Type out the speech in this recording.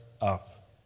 Up